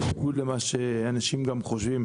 ובניגוד למה שאנשים חושבים,